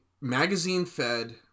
magazine-fed